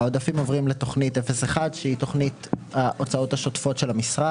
העודפים עוברים לתוכנית 01 שהיא תוכנית ההוצאות השוטפות של המשרד.